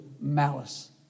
malice